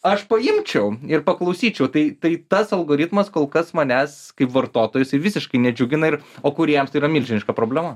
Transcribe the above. aš paimčiau ir paklausyčiau tai tai tas algoritmas kol kas manęs kaip vartotojo jisai visiškai nedžiugina ir o kūrėjams tai yra milžiniška problema